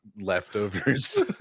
leftovers